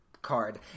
Card